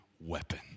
weapon